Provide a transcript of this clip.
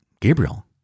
Gabriel